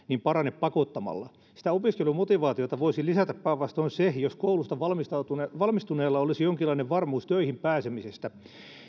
parane pakottamalla sitä opiskelumotivaatiota voisi lisätä päinvastoin se jos koulusta valmistuneella olisi jonkinlainen varmuus töihin pääsemisestä